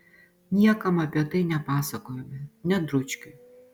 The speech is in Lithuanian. niekam apie tai nepasakojome net dručkiui